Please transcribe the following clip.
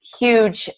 huge